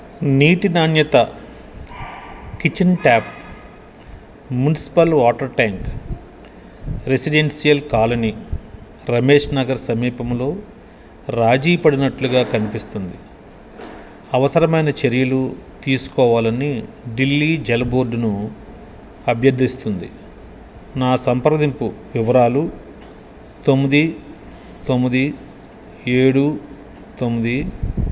నీటి నాణ్యత kitchen tap municipal water tank residential colony Ramesh Nagar సమీపంలో రాజీపడినట్లుగా కనిపిస్తుంది అవసరమైన చర్యలు తీసుకోవాలని ఢిల్లీ జల బోర్డును అభ్యర్థిస్తోంది నా సంప్రదింపు వివరాలు తొమ్మిది తొమ్మిది ఏడు తొమ్మిది